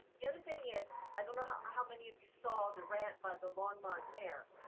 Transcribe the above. the other thing is, i don't know how how many of you saw the rant by the longmont mayor,